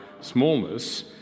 smallness